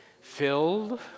Filled